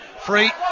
Free